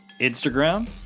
Instagram